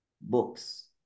books